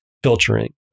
filtering